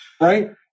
Right